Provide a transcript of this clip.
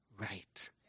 right